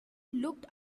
looked